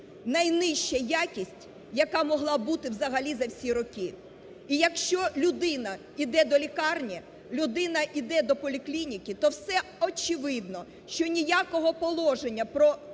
Найнижча якість, яка могла бути взагалі за всі роки! І якщо людина іде до лікарні, людина іде до поліклініки, то це очевидно, що ніякого положення